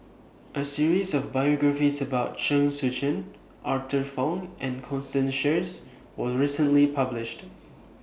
A series of biographies about Chen Sucheng Arthur Fong and Constance Sheares was recently published